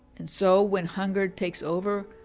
and so, when hunger takes over,